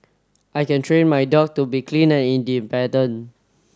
I can train my dog to be clean and independent